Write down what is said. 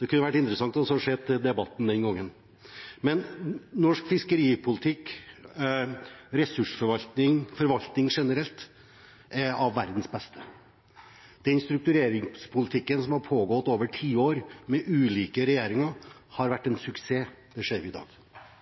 Det kunne vært interessant å se debatten den gangen. Norsk fiskeripolitikk, ressursforvaltning og forvaltning generelt er av verdens beste. Den struktureringspolitikken som har pågått over tiår, med ulike regjeringer, har vært en suksess. Det ser vi i dag.